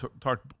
talk